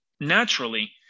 naturally